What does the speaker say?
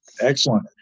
Excellent